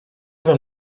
wiem